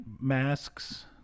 masks